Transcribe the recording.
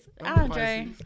Andre